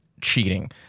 cheating